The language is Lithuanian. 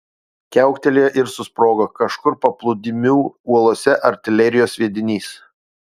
kiauktelėjo ir susprogo kažkur paplūdimių uolose artilerijos sviedinys